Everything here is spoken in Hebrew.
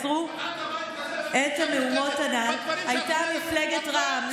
הנ"ל הייתה מפלגת רע"מ.